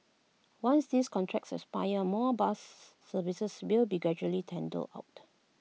once these contracts expire more buses services will be gradually tendered out